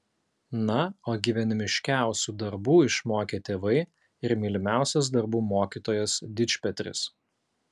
na o gyvenimiškiausių darbų išmokė tėvai ir mylimiausias darbų mokytojas dičpetris